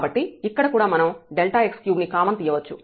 కాబట్టి ఇక్కడ కూడా మనం Δx3 ని కామన్ తీయవచ్చు